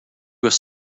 was